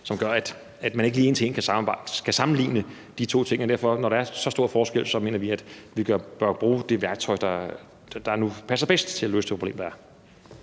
som gør, at man ikke lige en til en kan sammenligne de to ting. Derfor mener vi, når der er så stor forskel, at vi bør bruge det værktøj, der nu passer bedst til at løse det problem, der